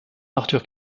arthur